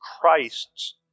Christ's